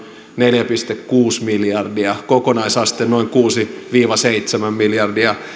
neljä pilkku kuusi miljardia kokonaisaste noin kuusi viiva seitsemän miljardia